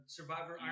Survivor